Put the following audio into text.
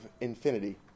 infinity